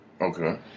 Okay